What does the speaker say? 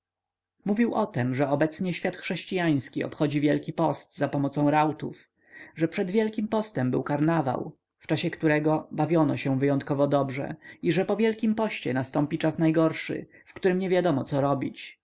mówił o tem że obecnie świat chrześcijański obchodzi wielki post zapomocą rautów że przed wielkim postem był karnawał w czasie którego bawiono się wyjątkowo dobrze i że po wielkim poście nastąpi czas najgorszy w którym niewiadomo co robić